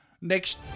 next